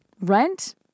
rent